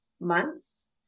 months